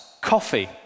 coffee